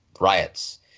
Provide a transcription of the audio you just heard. riots